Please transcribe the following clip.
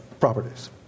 properties